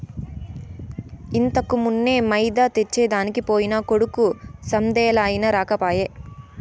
ఇంతకుమున్నే మైదా తెచ్చెదనికి పోయిన కొడుకు సందేలయినా రాకపోయే